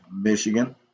Michigan